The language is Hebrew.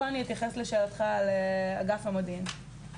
פה אתייחס לשאלתך על אגף המודיעין.